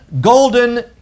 golden